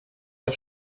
der